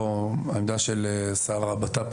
אנחנו לא מתנגדים לעמדה של שר הבט"פ,